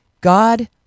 God